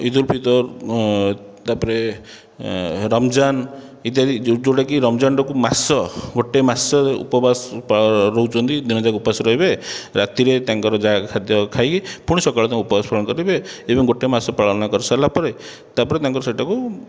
ଇଦୁଲ ଫିତର ତା'ପରେ ରମଜାନ ଇତ୍ୟାଦି ଯେଉଁଟାକି ରମଜାନଟାକୁ ମାସ ଗୋଟିଏ ମାସ ଉପବାସ ରହୁଛନ୍ତି ଦିନଯାକ ଉପବାସ ରହିବେ ରାତିରେ ତାଙ୍କର ଯାହା ଖାଦ୍ୟ ଖାଇକି ପୁଣି ସକାଳ ଉପବାସ ପାଳନ କରିବେ ଏବଂ ଗୋଟିଏ ମାସ ପାଳନ କରି ସାରିଲା ପରେ ତାପରେ ତାଙ୍କର ସେଇଟାକୁ